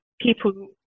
people